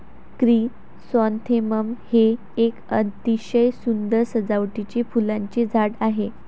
chrysanthemum हे एक अतिशय सुंदर सजावटीचे फुलांचे झाड आहे